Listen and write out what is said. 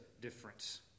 difference